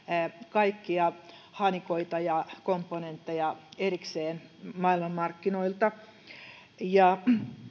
kaikkia hanikoita ja komponentteja erikseen maailmanmarkkinoilta ja